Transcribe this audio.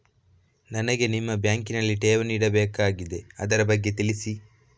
ನನಗೆ ನಿಮ್ಮ ಬ್ಯಾಂಕಿನಲ್ಲಿ ಠೇವಣಿ ಇಡಬೇಕಾಗಿದೆ, ಅದರ ಬಗ್ಗೆ ತಿಳಿಸಿ